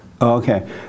Okay